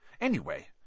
Anyway